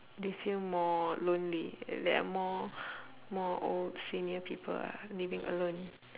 they feel more lonely uh there are more more old senior people ah living alone